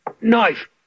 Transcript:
knife